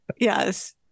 Yes